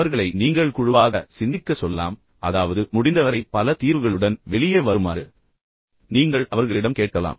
அவர்களை நீங்கள் குழுவாக சிந்திக்க சொல்லலாம் அதாவது முடிந்தவரை பல தீர்வுகளுடன் வெளியே வருமாறு நீங்கள் அவர்களிடம் கேட்கலாம்